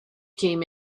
came